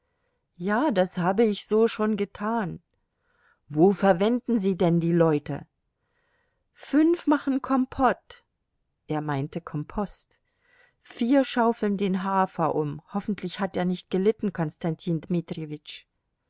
ja das habe ich so schon getan wo verwenden sie denn die leute fünf machen kompott er meinte kompost vier schaufeln den hafer um hoffentlich hat er nicht gelitten konstantin